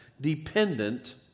dependent